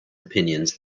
opinions